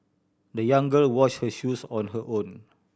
the young girl washed her shoes on her own